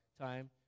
time